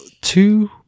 two